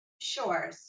Sure